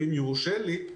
אם יורשה לי,